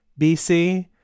BC